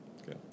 Okay